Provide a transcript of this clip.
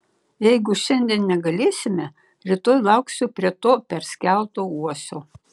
jeigu šiandien negalėsime rytoj lauksiu prie to perskelto uosio